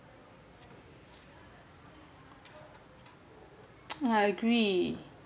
I agree